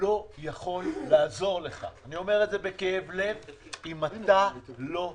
לא יכול לעזור לך אם אתה לא תביא,